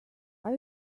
are